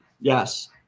Yes